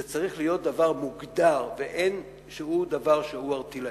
זה צריך להיות דבר מוגדר, ולא דבר ערטילאי.